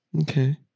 Okay